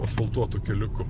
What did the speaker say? asfaltuotu keliuku